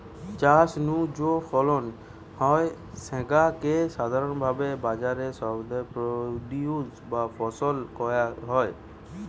চাষ নু যৌ ফলন হয় স্যাগা কে সাধারণভাবি বাজারি শব্দে প্রোডিউস বা ফসল কয়া হয়